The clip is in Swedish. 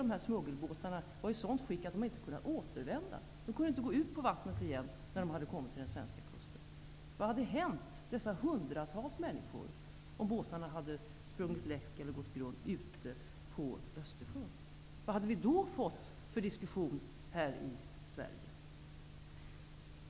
Två smuggelbåtar var ju i ett sådant skick att de inte kunde återvända. De kunde inte gå ut igen efter det att de nått den svenska kusten. Vad skulle ha hänt de hundratals människorna ombord om båtarna hade sprungit läck eller gått på grund ute på Östersjön? Vad hade vi då fått för diskussion här i Sverige?